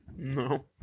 No